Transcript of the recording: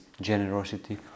generosity